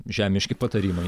žemiški patarimai